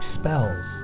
spells